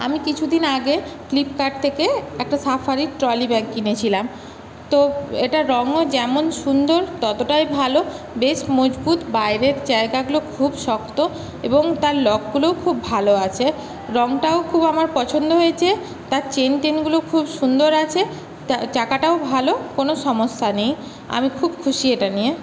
আমি কিছুদিন আগে ফ্লিপকার্ট থেকে একটা সাফারির ট্রলি ব্যাগ কিনেছিলাম তো এটার রংও যেমন সুন্দর ততটাই ভালো বেশ মজবুত বাইরের জায়গাগুলো খুব শক্ত এবং তার লকগুলোও খুব ভালো আছে রংটাও খুব আমার পছন্দ হয়েছে তার চেন টেনগুলো খুব সুন্দর আছে টাকাটাও ভালো কোনো সমস্যা নেই আমি খুব খুশি এটা নিয়ে